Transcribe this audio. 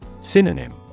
Synonym